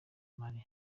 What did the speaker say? mali